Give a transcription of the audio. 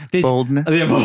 Boldness